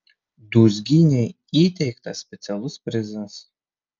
dūzgynei įteiktas specialus prizas